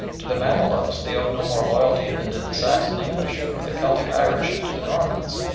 to the mamaluks they owed no more loyalty than did the saxon english or the celtic irish to the normans,